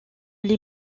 les